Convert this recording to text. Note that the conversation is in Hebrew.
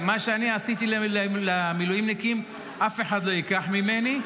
מה שאני עשיתי למילואימניקים אף אחד לא ייקח ממני.